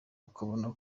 ukabona